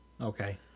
Okay